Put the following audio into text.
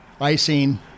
icing